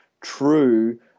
true